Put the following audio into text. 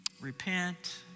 repent